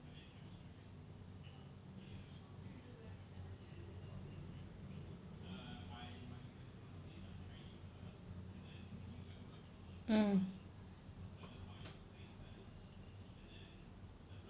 mm